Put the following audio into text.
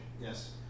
yes